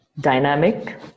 dynamic